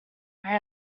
where